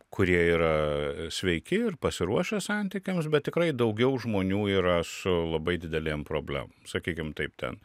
kurie yra sveiki ir pasiruošę santykiams bet tikrai daugiau žmonių yra su labai didelėm problemom sakykim taip ten